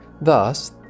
Thus